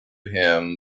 him